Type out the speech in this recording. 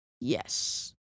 yes